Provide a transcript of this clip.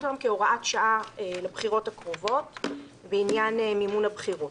אותם כהוראת שעה לבחירות הקרובות בעניין מימון הבחירות.